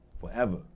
forever